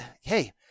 hey